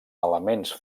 elements